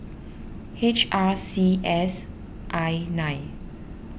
H R C S I nine